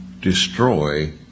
destroy